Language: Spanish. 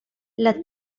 las